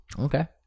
Okay